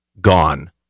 gone